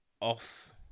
off